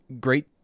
great